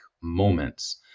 moments